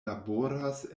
laboras